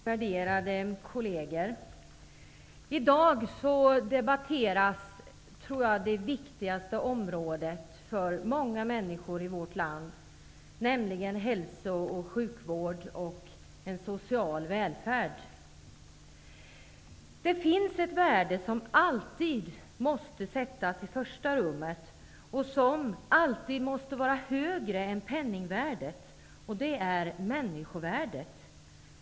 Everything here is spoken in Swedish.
Herr talman! Värderade kolleger! I dag debatteras det viktigaste området för många människor i vårt land, nämligen hälso och sjukvård och en social välfärd. Det finns ett värde som alltid måste sättas i första rummet och som är högre än penningvärdet, och det är människovärdet.